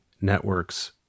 Networks